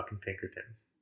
pinkertons